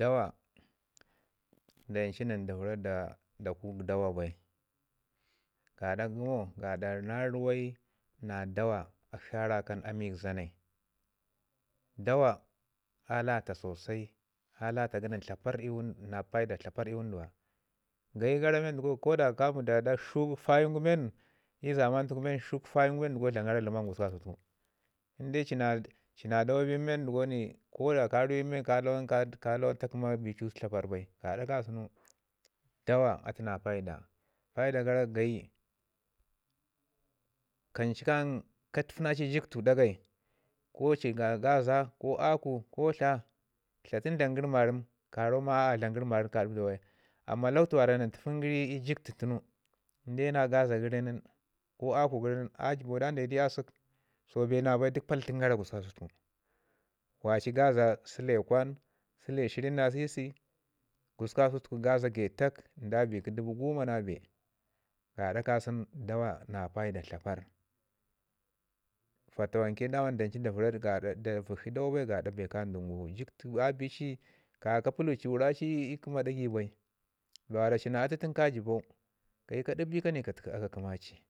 Dawa, dancu nin da vəra da kun dawa bai gaɗa kəmo gaɗa na ruwai na dawa akshi a rakan amik zanai dawa a lata sosai a lata ghə nən na paida sosai i wunduwa. Gayi gara men ko da ka mi da ɗak shuge fayin gu men i zaman gu ku men i zaman tu ku men shak fayin gu men dlamin gora ləman i zaman tuku dlamin yara na paida. In de ci na ci na daa bi men ɗəgoni ko da ka ruwai ka lawan tu kəma bi cu tlaparr bai sosai. Dawa atu na paida, paida gara gayi kuncu katfi na ci jiktu ɗagai ko ci na gaza ko ci na aku ko tla, tla tunu dlamən gəri marəm ka ramau ma a a dlam gəri marəm na ɗibɗau bai. Amman lakwtu nən tufin gəri jiktu tunu na gaza gəri ko aku gərin a jəbau dan dayi di asək so bee na bai duk paltən gara gususku. Waci gaza sule vaɗ, sule shirin na sisi gususku kasau gaza gətak da bi kə dubu goma na bee gada kasən dawa na paida tlaparr. Fatawanke daman dancu da vəra da vəkshi dawa bai gaɗau bee ka dən gu. Jiktu a bi ci kaya ka puluti wara ci ii kəma ɗagai bai bee wara ci na atu tunu ka jibau kayi kan ka təki aka kəma ci.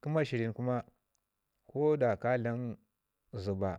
Kə ma shirin kuma ko da ka dlam zəba